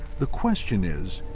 the question is,